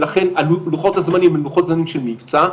ולכן לוחות הזמנים הם לוחות זמנים של מבצע.